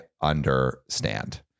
understand